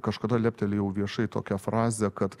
kažkada leptelėjau viešai tokią frazę kad